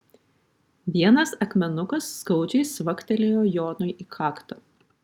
vienas akmenukas skaudžiai cvaktelėjo jonui į kaktą